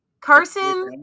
Carson